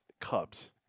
Cubs